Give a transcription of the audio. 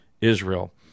Israel